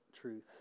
truth